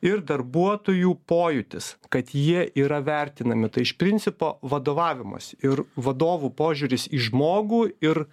ir darbuotojų pojūtis kad jie yra vertinami tai iš principo vadovavimas ir vadovų požiūris į žmogų ir